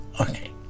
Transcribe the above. Okay